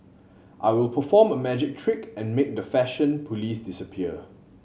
I will perform a magic trick and make the fashion police disappear